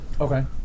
okay